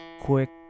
Quick